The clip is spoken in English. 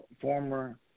former –